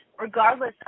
regardless